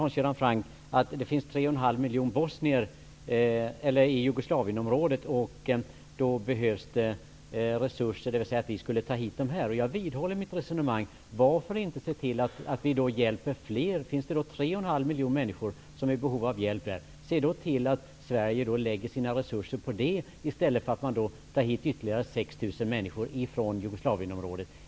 Hans Göran Franck nämnde att det finns 3,5 miljoner flyktingar i Jugoslavienområdet och att det därför behövs resurser, dvs. att vi skulle ta hit dem. Jag vidhåller mitt resonemang: Varför inte se till att vi hjälper fler? Se till att Sverige lägger sina resurser på dessa 3,5 miljoner i stället för att ta hit ytterligare 6 000 människor från Jugoslavienområdet.